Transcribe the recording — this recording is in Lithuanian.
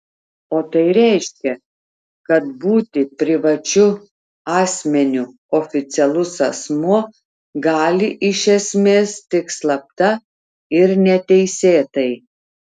o tai reiškia kad būti privačiu asmeniu oficialus asmuo gali iš esmės tik slapta ir neteisėtai